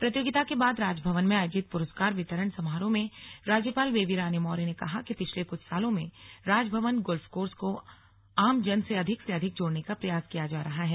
प्रतियोगिता के बाद राजभवन में आयोजित पुरस्कार वितरण समारोह में राज्यपाल बेबी रानी मौर्य ने कहा कि पिछले कुछ सालों में राजभवन गोल्फ कोर्स को आमजन से अधिक से अधिक जोड़ने का प्रयास किया जा रहा है